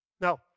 Now